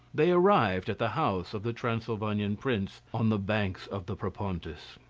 they arrived at the house of the transylvanian prince on the banks of the propontis.